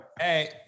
Hey